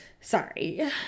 sorry